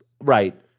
Right